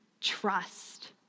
Trust